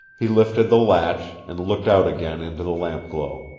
he lifted the latch, and looked out again into the lampglow.